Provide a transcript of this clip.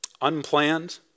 Unplanned